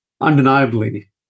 undeniably